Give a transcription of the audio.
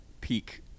peak